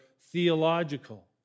theological